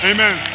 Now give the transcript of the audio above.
Amen